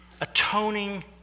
atoning